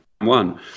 one